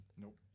Nope